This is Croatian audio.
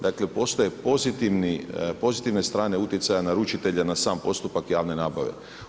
Dakle, postoje pozitivne strane utjecaja naručitelja na sam postupak javne nabave.